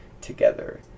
together